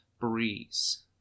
breeze